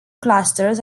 clusters